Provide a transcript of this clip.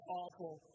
awful